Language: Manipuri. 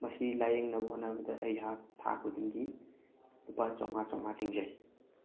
ꯃꯁꯤ ꯂꯥꯏꯌꯦꯡꯅꯕ ꯍꯣꯠꯅꯕꯗ ꯑꯩꯍꯥꯛ ꯊꯥ ꯈꯨꯗꯤꯡꯒꯤ ꯂꯨꯄꯥ ꯆꯃꯉꯥ ꯆꯥꯃꯉꯥ ꯇꯤꯡꯖꯩ